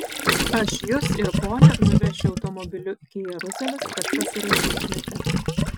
aš jus ir ponią nuvešiu automobiliu iki jeruzalės kad pasirašytumėte